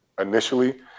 initially